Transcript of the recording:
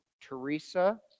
Teresa